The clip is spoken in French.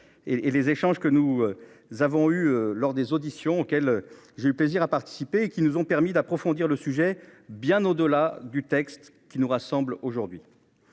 et les échanges que nous avons eu lors des auditions auxquelles j'ai plaisir à participer qui nous ont permis d'approfondir le sujet bien au-delà du texte qui nous rassemble aujourd'hui.